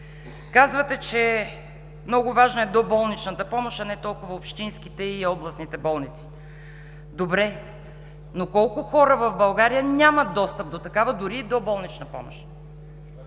Казвате, че е много важна доболничната помощ, а не толкова общинските и областните болници. Добре, но колко хора в България нямат достъп до такава, дори и до доболнична помощ?